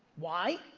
why?